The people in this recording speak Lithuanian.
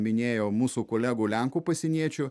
minėjau mūsų kolegų lenkų pasieniečių